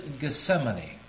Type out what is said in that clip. Gethsemane